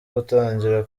gutangira